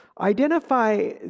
identify